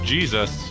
Jesus